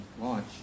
launch